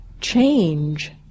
change